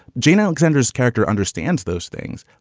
jane, alexander's character understands those things,